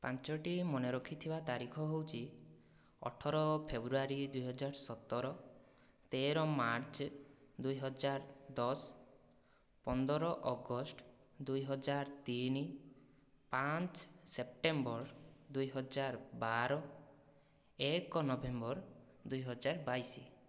ପାଞ୍ଚୋଟି ମନେ ରଖିଥିବା ତାରିଖ ହେଉଛି ଅଠର ଫେବୃଆରୀ ଦୁଇହଜାର ସତର ତେର ମାର୍ଚ୍ଚ ଦୁଇହଜାର ଦଶ ପନ୍ଦର ଅଗଷ୍ଟ ଦୁଇହଜାର ତିନି ପାଞ୍ଚ ସେପ୍ଟେମ୍ବର ଦୁଇହଜାର ବାର ଏକ ନଭେମ୍ବର ଦୁଇହଜାର ବାଇଶ